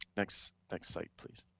next next site, please.